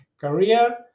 career